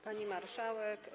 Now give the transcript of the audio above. Pani Marszałek!